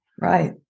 right